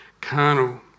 carnal